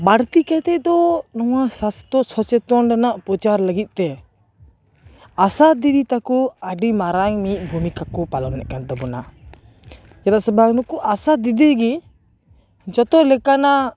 ᱵᱟᱲᱛᱤ ᱠᱟᱭᱛᱮ ᱫᱚ ᱱᱚᱣᱟ ᱥᱟᱥᱛᱷᱚ ᱥᱚᱪᱮᱛᱚᱱ ᱨᱮᱱᱟᱜ ᱯᱨᱚᱪᱟᱨ ᱞᱟᱹᱜᱤᱫ ᱛᱮ ᱟᱥᱟ ᱫᱤᱫᱤ ᱛᱟᱠᱚ ᱟᱹᱰᱤ ᱢᱟᱨᱟᱝ ᱢᱤᱫ ᱵᱷᱩᱢᱤᱠᱟ ᱠᱚ ᱯᱟᱞᱚᱱᱮᱫ ᱛᱟᱵᱚᱱᱟ ᱪᱮᱫᱟᱜ ᱥᱮ ᱵᱟᱝ ᱱᱩᱠᱩ ᱟᱥᱟ ᱫᱤᱫᱤ ᱜᱮ ᱡᱚᱛᱚ ᱞᱮᱠᱟᱱᱟᱜ